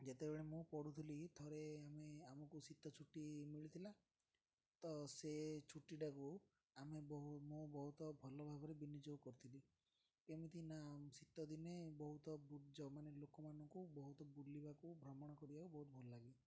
ଯେତେବେଳେ ମୁଁ ପଢ଼ୁଥିଲି ଥରେ ଆମେ ଆମକୁ ଶୀତ ଛୁଟି ମିଳିଥିଲା ତ ସେ ଛୁଟିଟାକୁ ଆମେ ବହୁ ମୁଁ ବହୁତ ଭଲ ଭାବରେ ବିନିଯୋଗ କରିଥିଲି କେମିତି ନା ଶୀତ ଦିନେ ବହୁତ ମାନେ ଲୋକମାନଙ୍କୁ ବହୁତ ବୁଲିବାକୁ ଭ୍ରମଣ କରିବାକୁ ବହୁତ ଭଲ ଲାଗେ